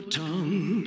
tongue